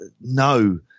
no